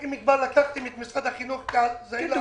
אם כבר לקחתם את משרד החינוך כשעיר לעזאזל.